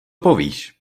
povíš